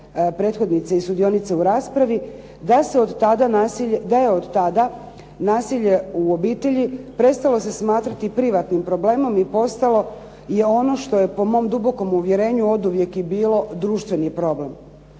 prethodnice i sudionice u raspravi, da je od tada nasilje u obitelji prestalo se smatrati privatnim problemom i postalo je ono što je po mom dubokom uvjerenju oduvijek i bilo, društveni problem.